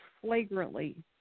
flagrantly